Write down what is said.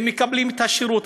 והם מקבלים את השירות.